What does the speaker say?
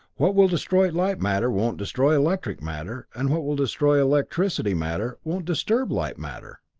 what will destroy light-matter, won't destroy electricity-matter, and what will destroy electricity-matter, won't disturb light-matter.